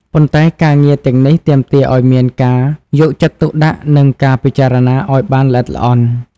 ប៉ុន្តែការងារទាំងនេះទាមទារឲ្យមានការយកចិត្តទុកដាក់និងការពិចារណាឲ្យបានល្អិតល្អន់។